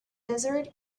desert